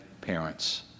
parents